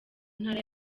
ntara